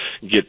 get